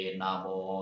Namo